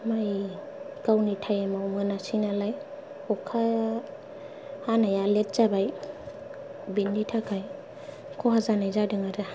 माइ गावनि टाइमाव मोनासै नालाय अखा हानाया लेट जाबाय बेनि थाखाय खहा जानाय जादों आरो